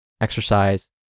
exercise